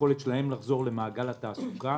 היכולת שלהם לחזור למעגל התעסוקה